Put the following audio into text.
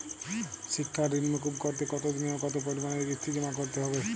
শিক্ষার ঋণ মুকুব করতে কতোদিনে ও কতো পরিমাণে কিস্তি জমা করতে হবে?